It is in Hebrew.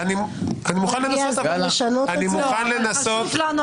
אני מוכן לנסות.